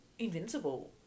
Invincible